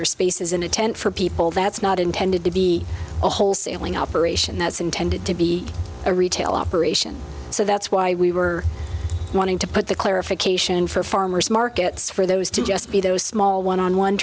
or spaces in a tent for people that's not intended to be a wholesaling operation that's intended to be a retail operation so that's why we were wanting to put the clear vacation for farmers markets for those to just be those small one on one